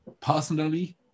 Personally